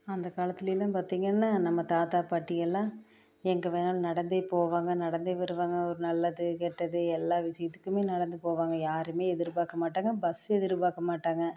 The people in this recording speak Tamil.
அந்த காலத்திலேலாம் பார்த்திங்கன்னா நம்ம தாத்தா பாட்டியெல்லாம் எங்கே வேணாலும் நடந்தே போவாங்க நடந்தே வருவாங்க ஒரு நல்லது கெட்டது எல்லா விஷயத்துக்குமே நடந்து போவாங்க யாருமே எதிர்பார்க்க மாட்டாங்க பஸ் எதிர்பார்க்க மாட்டாங்க